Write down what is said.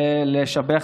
בלשבח,